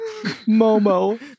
momo